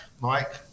Mike